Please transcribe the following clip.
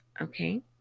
Okay